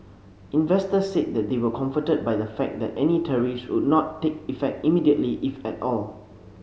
investors said they were comforted by the fact that any tariffs would not take effect immediately if at all